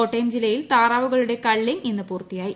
കോട്ടയം ജില്ലയിൽ താറാവുകളുടെ കള്ളിങ് ഇന്ന് പൂർത്തിയായി